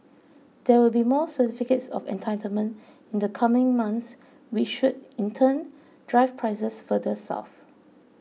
there will be more certificates of entitlement in the coming months which should in turn drive prices further south